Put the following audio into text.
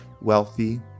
wealthy